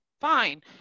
Fine